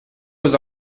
vos